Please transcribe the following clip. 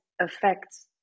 affects